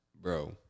bro